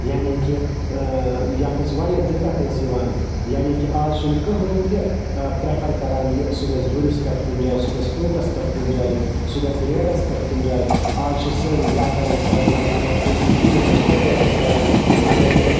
یعنے کہِ یتھ اَسہِ واریاہ دِکَت ٲس یِوان یعنے کہِ آز چھُنہٕ کٕہٕنۍ تہِ پریٚفَر کَران یہِ سُہ گَژھِ گُرِس پیٹھ کُنہِ جایہِ سُہ گَژھِ اوٗنٛٹَس پیٹھ کُنہِ جایہِ سُہ گَژھِ ریڈَس پیٹھ کُنہِ جایہِ آز چھِ سٲری یا کَڈَن سایکَل اگر کٲنٛسہِ نہٕ کِہیٖنۍ آسہِ توتہِ آسٮ۪س سایکَل اَگَر نہٕ